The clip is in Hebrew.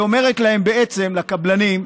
היא אומרת להם בעצם, לקבלנים: